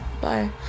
bye